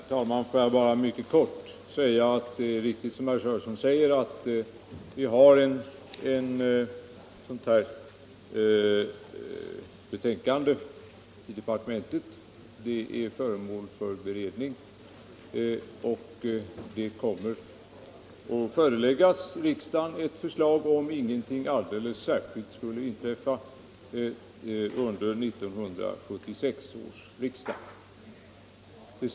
Herr talman! Får jag bara mycket kort bekräfta att det är riktigt som herr Sörenson säger att vi har ett sådant här betänkande i departementet. Det är föremål för beredning, och förslag kommer att föreläggas riksdagen - om ingenting alldeles särskilt skulle inträffa — under 1976.